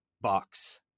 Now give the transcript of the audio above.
box